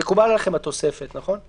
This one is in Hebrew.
מקובלת עליכם התוספת בסיפה של סעיף קטן (א), נכון?